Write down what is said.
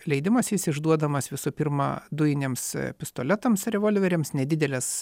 leidimas jis išduodamas visų pirma dujiniams pistoletams revolveriams nedidelės